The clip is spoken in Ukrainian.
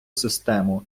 систему